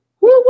Woo